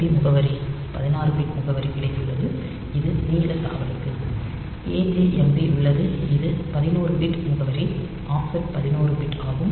B முகவரி 16 bit முகவரி கிடைத்துள்ளது அது நீள தாவலுக்கு AJMP உள்ளது இது 11 பிட் முகவரி ஆஃப்செட் 11 பிட் ஆகும்